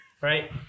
right